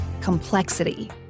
complexity